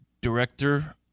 director